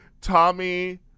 Tommy